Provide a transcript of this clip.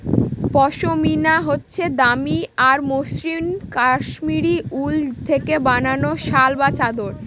পশমিনা হচ্ছে দামি আর মসৃণ কাশ্মীরি উল থেকে বানানো শাল বা চাদর